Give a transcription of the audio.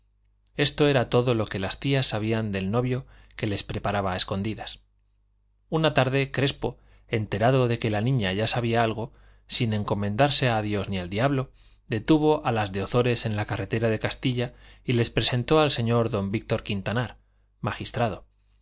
esto era todo lo que las tías sabían del novio que se les preparaba a escondidas una tarde crespo enterado de que la niña ya sabía algo sin encomendarse a dios ni al diablo detuvo a las de ozores en la carretera de castilla y les presentó al señor don víctor quintanar magistrado